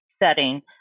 setting